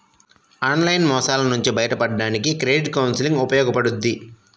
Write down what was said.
online మోసాల నుంచి బయటపడడానికి క్రెడిట్ కౌన్సిలింగ్ ఉపయోగపడుద్ది